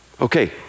Okay